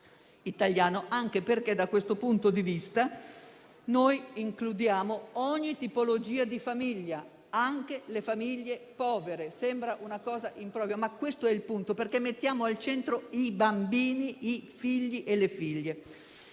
italiano, anche perché, da questo punto di vista, noi includiamo ogni tipologia di famiglia, anche le famiglie povere. Questo è il punto, perché mettiamo al centro i bambini, i figli e le figlie.